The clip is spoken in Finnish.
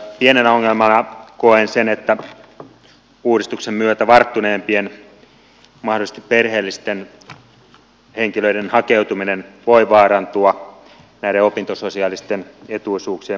pienenä ongelmana koen sen että uudistuksen myötä varttuneempien mahdollisesti perheellisten henkilöiden hakeutuminen voi vaarantua näiden opintososiaalisten etuisuuksien muuttumisen myötä